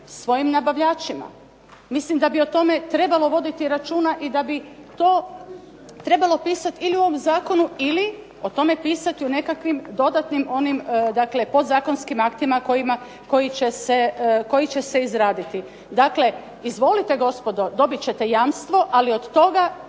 svojim nabavljačima. Mislim da bi o tome trebalo voditi računa i da bi to trebalo pisat ili u ovom zakonu ili o tome pisati u nekakvim dodatnim onim dakle podzakonskim aktima koji će se izraditi. Dakle izvolite gospodo, dobit ćete jamstvo, ali od toga